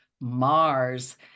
Mars